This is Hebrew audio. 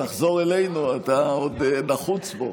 תחזור אלינו, אתה עוד נחוץ פה,